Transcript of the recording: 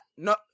No